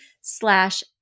slash